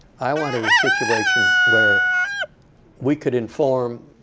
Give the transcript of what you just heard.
i wanted a situation where we could inform